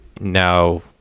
now